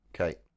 Okay